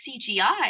CGI